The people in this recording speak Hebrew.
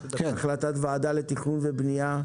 החלטת ועדה לתכנון ובנייה,